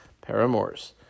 paramours